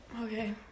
Okay